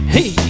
Hey